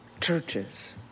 churches